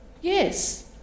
Yes